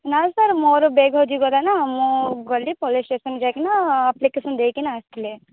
ନାଁ ସାର୍ ମୋର ବେଗ ହଜିଗଲା ନା ମୁଁ ଗଲି ପୋଲିସ୍ ଷ୍ଟେସନ୍ ଯାଇକିନା ଆପ୍ଲିକେସନ୍ ଦେଇକିନା ଆସିଲି